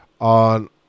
on